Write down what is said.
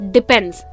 Depends